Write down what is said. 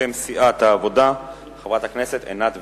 בשם סיעת העבודה, חברת הכנסת עינת וילף.